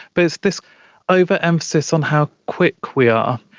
but it's this over-emphasis on how quick we are.